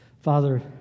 Father